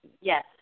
Yes